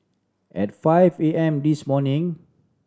at five A M this morning